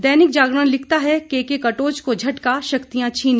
दैनिक जागरण लिखता है केके कटोच को झटका शक्तियां छीनी